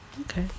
okay